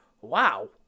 wow